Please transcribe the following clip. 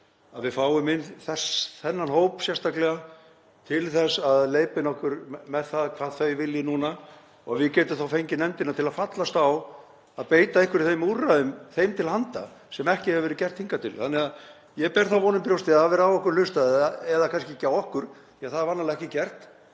að við fáum inn þennan hóp sérstaklega, til að leiðbeina okkur með það hvað þau vilji núna og að við getum fengið nefndina til að fallast á að beita einhverjum þeim úrræðum þeim til handa sem ekki hefur verið gert hingað til. Ég ber þá von í brjósti að það verði á okkur hlustað, eða kannski ekki á okkur því að það er vanalega ekki gert